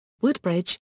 Woodbridge